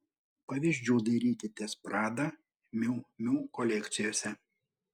pavyzdžių dairykitės prada miu miu kolekcijose